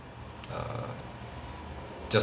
err just